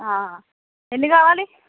ఎన్ని కావాలి